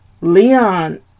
Leon